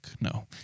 no